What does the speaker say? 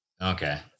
Okay